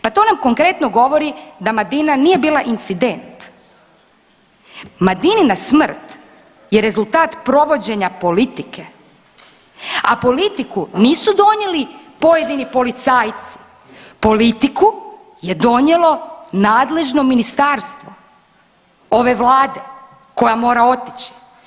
Pa to nam konkretno govori da Madina nije bila incident, Madinina smrt je rezultat provođenja politike, a politiku nisu donijeli pojedini policajci, politiku je donijelo nadležno ministarstvo ove vlade koja mora otići.